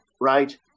Right